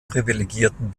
privilegierten